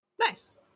Nice